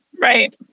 Right